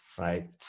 right